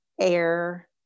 air